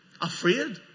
afraid